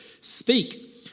speak